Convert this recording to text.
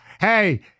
Hey